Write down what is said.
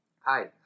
Hi